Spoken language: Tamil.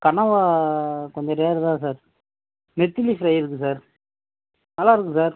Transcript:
கனவா கொஞ்சம் ரேர் தான் சார் நெத்திலி ஃப்ரை இருக்குது சார் நல்லாயிருக்கும் சார்